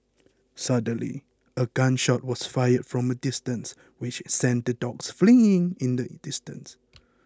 suddenly a gun shot was fired from a distance which sent the dogs fleeing in the distance